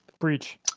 Breach